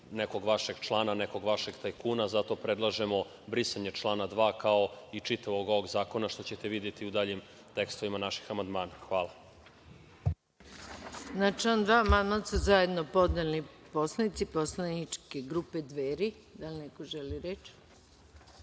nekog vašeg člana, nekog vašeg tajkuna. Zato predlažemo brisanje člana 2, kao i čitavog ovog zakona, što ćete videti u daljim tekstovima naših amandmana. Hvala. **Maja Gojković** Na član 2. amandman su zajedno podneli poslanici poslaničke grupe Dveri. Reč ima narodni